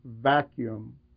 vacuum